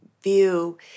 view